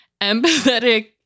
Empathetic